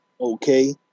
okay